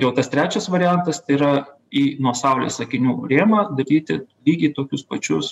jau tas trečias variantas tai yra į nuo saulės akinių rėmą daryti lygiai tokius pačius